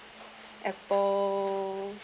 apple